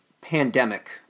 pandemic